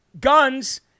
guns